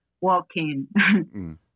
walking